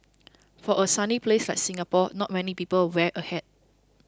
for a sunny place like Singapore not many people wear a hat